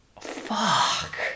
Fuck